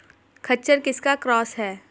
खच्चर किसका क्रास है?